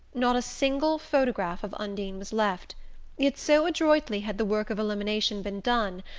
not a single photograph of undine was left yet so adroitly had the work of elimination been done,